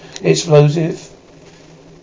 Explosive